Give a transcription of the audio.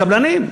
לקבלנים,